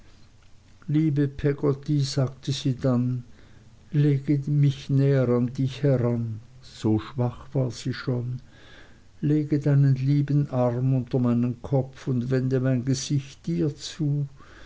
liebe peggotty sagte sie dann lege mich näher an dich heran so schwach war sie schon lege deinen lieben arm unter meinen kopf und wende mein gesicht dir zu